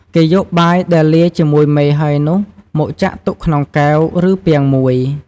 គេយកបាយដែលលាយជាមួយមេហើយនោះមកចាក់ទុកក្នុងកែវ ឬពាងមួយ ។